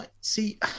see